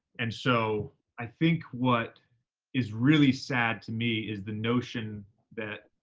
and so i think what is really sad to me is the notion that